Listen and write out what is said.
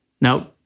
Now